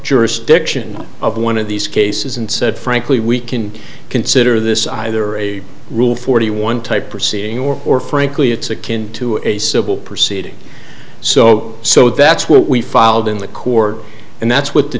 jurisdiction of one of these cases and said frankly we can consider this either a rule forty one type or seeing or or frankly it's akin to a civil proceeding so so that's what we filed in the core and that's what the